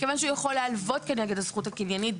כיוון שהוא יכול להלוות כנגד הזכות הקניינית.